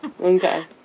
Okay